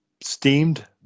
steamed